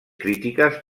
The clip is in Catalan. crítiques